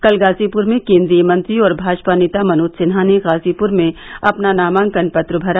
कल गाजीपुर में केन्द्रीय मंत्री और भाजपा नेता मनोज सिन्हा ने गाजीपुर में अपना नामांकन पत्र भरा